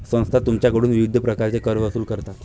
संस्था तुमच्याकडून विविध प्रकारचे कर वसूल करतात